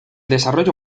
desarrollo